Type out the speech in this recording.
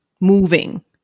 moving